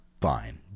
fine